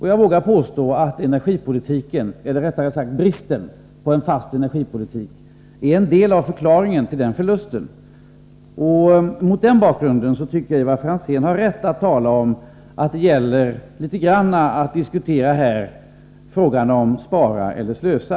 Jag vågar påstå att energipolitiken — eller rättare sagt bristen på en fast energipolitik — är en del av förklaringen till den förlusten. Därför tycker jag att Ivar Franzén har rätt när han säger att det här gäller att litet grand diskutera frågan om spara eller slösa.